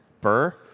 Burr